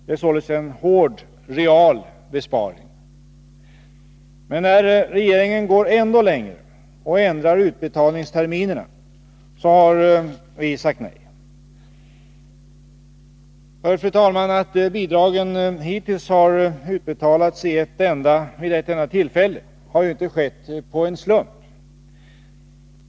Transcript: Det är således en hård realbesparing. Men när regeringen går ännu längre och vill ändra utbetalningsterminerna säger vi nej. Att bidragen hittills har utbetalats vid ett enda tillfälle har inte varit någon slump.